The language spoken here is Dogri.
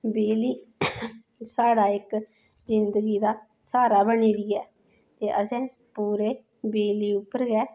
बिजली साढ़ा इक जिंदगी दी स्हारा बनी दी ऐ ते असें पूरे बिजली उप्पर गै